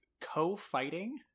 co-fighting